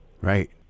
Right